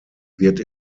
wird